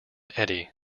eddy